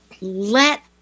let